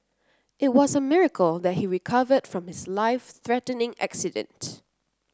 it was a miracle that he recovered from his life threatening accident